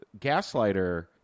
Gaslighter